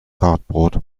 cardboard